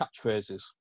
catchphrases